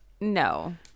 No